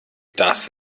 das